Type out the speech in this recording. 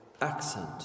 accent